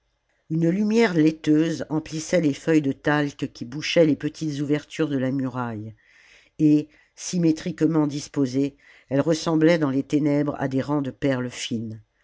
une lumière laiteuse emplissait les feuilles de talc qui bouchaient les petites ouvertures de la muraille et symétriquement disposées elles ressemblaient dans les ténèbres à des rangs de perles fines